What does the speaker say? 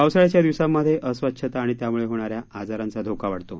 पावसाळ्याच्या दिवसांमध्ये अस्वच्छता आणि त्याम्ळे होणाऱ्या आजारांचा धोका वाढतो